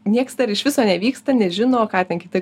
nieks iš viso nevyksta nežino ką ten kiti